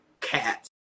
cat